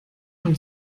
von